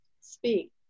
speak